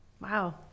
Wow